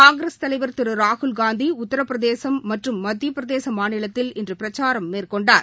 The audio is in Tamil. காங்கிரஸ் தலைவர் திரு ராகுல்காந்தி உத்திர பிரதேசம் மற்றும் மத்தியப் பிரதேச மாநிலங்களில் இன்று பிரச்சாரம் மேற்கொள்கிறார்